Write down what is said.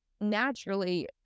naturally